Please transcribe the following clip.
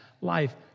life